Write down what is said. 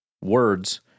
words